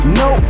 no